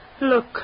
Look